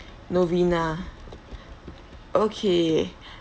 novena okay